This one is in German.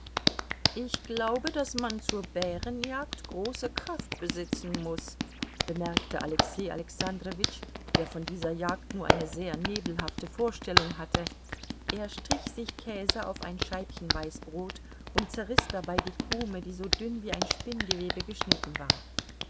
ich glaube daß man zur bärenjagd große kraft besitzen muß bemerkte alexei alexandrowitsch der von dieser jagd nur eine sehr nebelhafte vorstellung hatte er strich sich käse auf ein scheibchen weißbrot und zerriß dabei die krume die so dünn wie ein spinngewebe geschnitten war